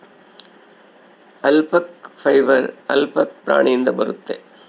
alpaca fibre alpaca ಪ್ರಾಣಿಯಿಂದ ಬರುತ್ತೆ